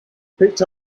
picked